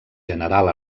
general